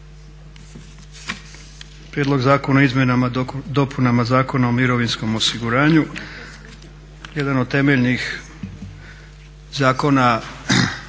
Prijedlog Zakona o izmjenama i dopunama Zakona o mirovinskom osiguranju je jedan od temeljnih zakona